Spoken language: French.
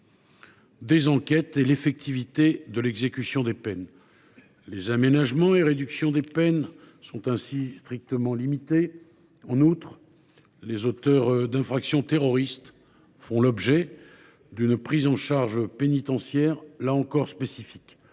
des enquêtes et l’effectivité de l’exécution des peines. Les aménagements et réductions de peines sont ainsi strictement limités. En outre, les auteurs d’infractions terroristes font l’objet d’une prise en charge pénitentiaire spécifique.